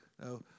no